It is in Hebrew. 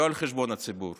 לא על חשבון הציבור.